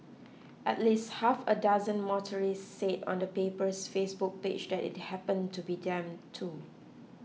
at least half a dozen motorists said on the paper's Facebook page that it happened to be them too